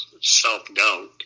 self-doubt